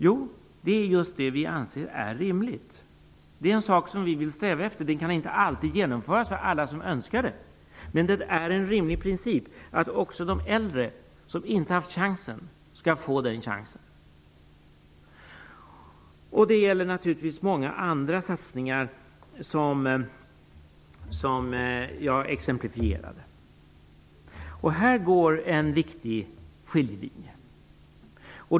Jo, det är just det som vi anser vara rimligt. Det är en sak som vi vill sträva efter. Det kan inte alltid genomföras för alla som önskar det, men det är en rimlig princip att också de äldre som inte haft chansen skall få den. Det gäller naturligtvis många andra satsningar som jag exemplifierade. Här går alltså en viktig skiljelinje.